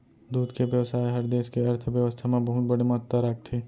दूद के बेवसाय हर देस के अर्थबेवस्था म बहुत बड़े महत्ता राखथे